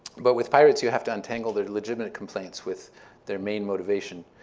but with pirates, you have to untangle their legitimate complaints with their main motivation,